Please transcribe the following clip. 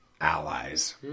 allies